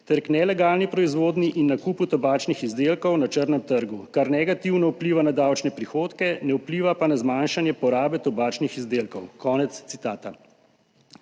ter k nelegalni proizvodnji in nakupu tobačnih izdelkov na črnem trgu, kar negativno vpliva na davčne prihodke, ne vpliva pa na zmanjšanje porabe tobačnih izdelkov.« Konec citata.